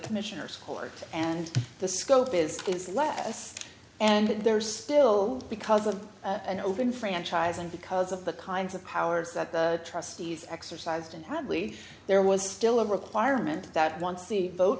commissioners court and the scope is is less and there is still because of an open franchise and because of the kinds of powers that the trustees exercised and hardly there was still a requirement that once the vote